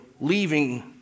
leaving